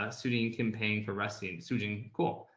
ah suiting campaign for resting soothing. cool.